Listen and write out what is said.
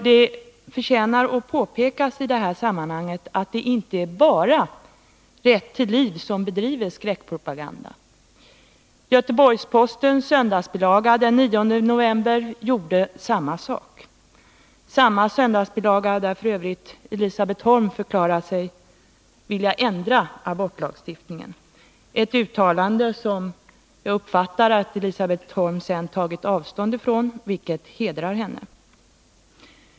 Det förtjänar att påpekas i det här sammanhanget att det inte bara är Rätt till liv som bedriver skräckpropaganda. Göteborgs-Postens söndagsbilaga den 9 november gjorde samma sak. Det vara samma söndagsbilaga där f.ö. Elisabet Holm förklarade sig vilja ändra abortlagstiftningen — ett uttalande som Elisabet Holm sedan tagit avstånd från, vilket hedrar henne.